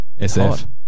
SF